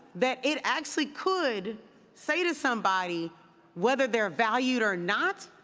that it actually could say to somebody whether they're valued or not,